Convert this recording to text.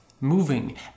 moving